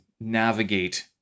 navigate